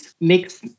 makes